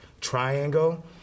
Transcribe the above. Triangle